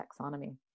taxonomy